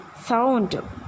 sound